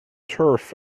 turf